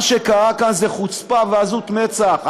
מה שקרה כאן זה חוצפה ועזות מצח.